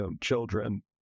children